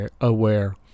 aware